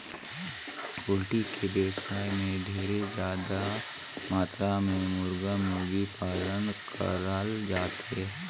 poultry के बेवसाय में ढेरे जादा मातरा में मुरगा, मुरगी पालन करल जाथे